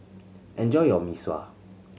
enjoy your Mee Sua